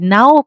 Now